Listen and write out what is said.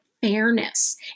fairness